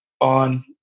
on